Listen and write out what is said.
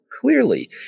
clearly